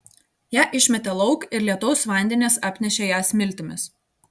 ją išmetė lauk ir lietaus vandenys apnešė ją smiltimis